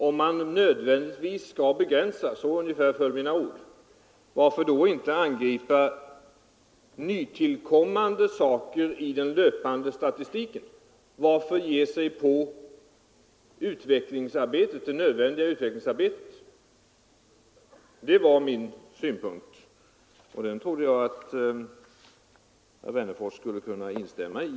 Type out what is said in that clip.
Om man nödvändigtvis skall begränsa — ungefär så föll mina ord — varför då inte angripa nytillkommande saker i den löpande statistiken? Varför ge sig på det nödvändiga utvecklingsarbetet? Det var min synpunkt, och den trodde jag egentligen att herr Wennerfors skulle kunna instämma i.